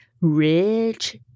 rich